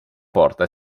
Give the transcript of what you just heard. porta